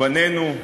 בנינו,